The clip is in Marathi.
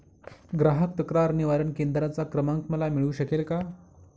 ग्राहक तक्रार निवारण केंद्राचा क्रमांक मला मिळू शकेल का?